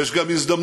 יש גם הזדמנות.